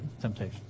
temptation